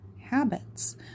habits